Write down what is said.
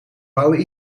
bouwen